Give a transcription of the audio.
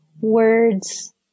words